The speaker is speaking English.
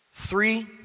Three